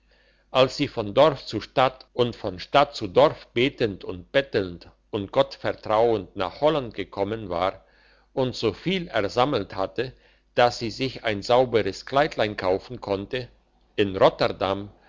als sie von dorf zu stadt und von stadt zu dorf betend und bettelnd und gott vertrauend nach holland gekommen war und so viel ersammelt hatte dass sie sich ein sauberes kleidlein kaufen konnte in rotterdam